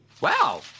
Wow